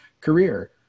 career